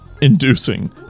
Inducing